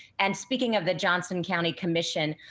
and speaking of the johnson county commission,